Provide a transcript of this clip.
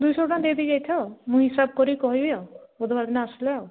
ଦୁଇଶହ ଟଙ୍କା ଦେଇ ଦେଇ ଯାଇଥାଅ ଆଉ ମୁଁ ହିସାବ କରି କହିବି ଆଉ ବୁଧବାର ଦିନ ଆସିଲେ ଆଉ